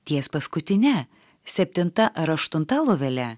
ties paskutine septinta ar aštunta lovele